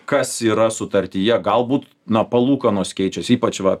kas yra sutartyje galbūt na palūkanos keičiasi ypač va